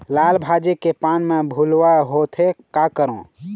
लाल भाजी के पान म भूलका होवथे, का करों?